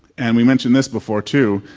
and we mentioned this before too,